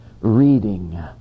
reading